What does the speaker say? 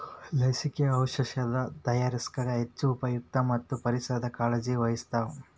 ಲಸಿಕೆ, ಔಔಷದ ತಯಾರಸಾಕ ಹೆಚ್ಚ ಉಪಯುಕ್ತ ಮತ್ತ ಪರಿಸರದ ಕಾಳಜಿ ವಹಿಸ್ತಾವ